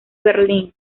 berlín